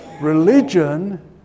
Religion